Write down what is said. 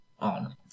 on